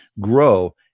grow